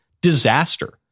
disaster